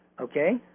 Okay